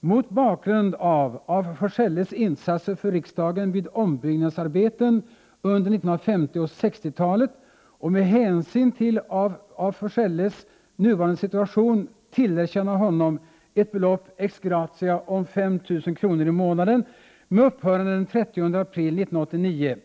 ”mot bakgrund av af Forselles insatser för riksdagen vid ombyggnadsarbeten under 1950 och 1960-talet och med hänsyn till af Forselles nuvarande situation tillerkänna honom ett belopp ex gratia om 5 000 kr. i månaden med upphörande den 30 april 1989 ”.